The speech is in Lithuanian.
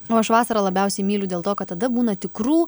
o aš vasarą labiausiai myliu dėl to kad tada būna tikrų